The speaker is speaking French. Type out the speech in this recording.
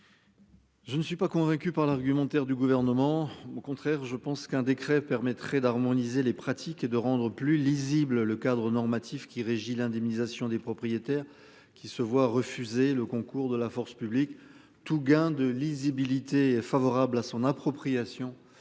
Je ne suis pas convaincu par l'argumentaire du gouvernement, au contraire je pense qu'un décret permettrait d'harmoniser les pratiques et de rendre plus lisible le cadre normatif qui régit l'indemnisation des propriétaires qui se voient refuser le concours de la force publique tout gain de lisibilité favorable à son appropriation